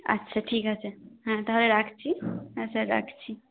আচ্ছা ঠিক আছে হ্যাঁ তাহলে রাখছি আচ্ছা রাখছি